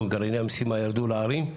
גרעיני המשימה ירדו לערים,